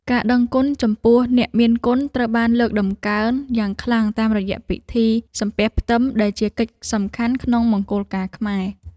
ការដឹងគុណចំពោះអ្នកមានគុណត្រូវបានលើកតម្កើងយ៉ាងខ្លាំងតាមរយៈពិធីសំពះផ្ទឹមដែលជាកិច្ចសំខាន់ក្នុងមង្គលការខ្មែរ។